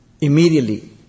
immediately